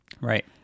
right